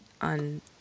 on